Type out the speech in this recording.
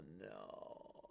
no